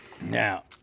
Now